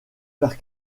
faire